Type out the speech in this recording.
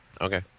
okay